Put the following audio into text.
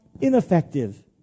ineffective